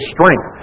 strength